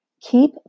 Keep